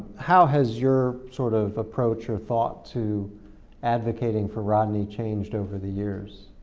how has your sort of approach or thought to advocating for rodney changed over the years?